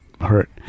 hurt